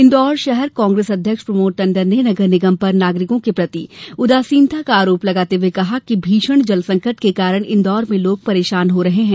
इंदौर शहर कांग्रेस अध्यक्ष प्रमोद टंडन ने नगर निगम पर नागरिको के प्रति उदासीनता का आरोप लगाते हुये कहा कि भीषण जलसंकट के कारण इंदौर में लोग परेशान हो रहे हैं